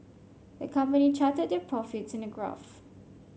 the company charted their profits in a graph